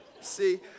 See